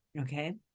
Okay